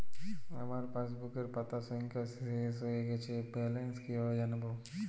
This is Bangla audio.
আমার পাসবুকের পাতা সংখ্যা শেষ হয়ে গেলে ব্যালেন্স কীভাবে জানব?